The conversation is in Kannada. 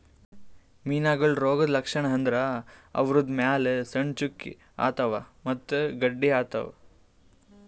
ಮೀನಾಗೋಳ್ ರೋಗದ್ ಲಕ್ಷಣ್ ಅಂದ್ರ ಅವುದ್ರ್ ಮ್ಯಾಲ್ ಸಣ್ಣ್ ಚುಕ್ಕಿ ಆತವ್ ಮತ್ತ್ ಗಡ್ಡಿ ಆತವ್